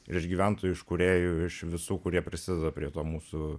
iš gyventojų iš kūrėjų iš visų kurie prisideda prie to mūsų